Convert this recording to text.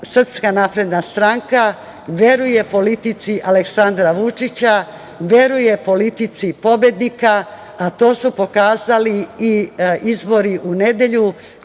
koju sprovodi SNS, veruje politici Aleksandra Vučića, veruje politici pobednika, a to su pokazali i izbori u nedelju